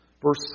Verse